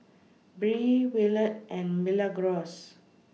Bree Willard and Milagros